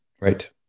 Right